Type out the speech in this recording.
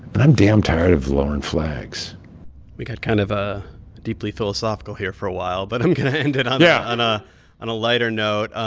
but i'm damn tired of lowering flags we got kind of ah deeply philosophical here for a while. but i'm going to. yeah. end it on yeah on ah and a lighter note.